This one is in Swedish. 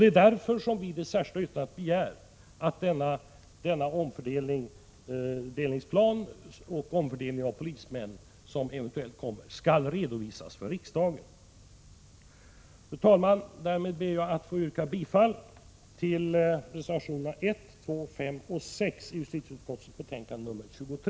Det är därför vi i det särskilda yttrandet begär att denna omfördelningsplan och den eventuella omfördelningen av polismän skall redovisas för riksdagen. Fru talman! Därmed ber jag att få yrka bifall till reservationerna 1, 2, 5 och 6 i justitieutskottets betänkande nr 23.